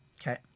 okay